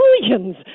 billions